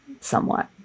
somewhat